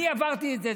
אני עברתי את זה,